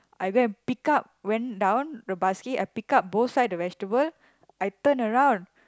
I go and pick up went down the basket I pick up both side the vegetable I turn around